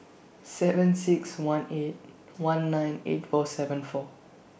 seven six one eight one nine eight four seven four